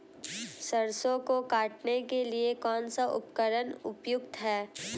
सरसों को काटने के लिये कौन सा उपकरण उपयुक्त है?